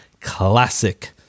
classic